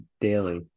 daily